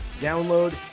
download